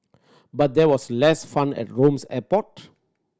but there was less fun at Rome's airport